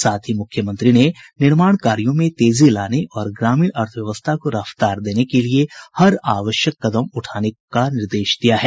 साथ ही मुख्यमंत्री ने निर्माण कार्यों में तेजी लाने और ग्रामीण अर्थव्यवस्था को रफ्तार देने के लिए हर आवश्यक कदम उठाने का निर्देश दिया है